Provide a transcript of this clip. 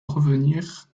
revenir